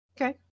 Okay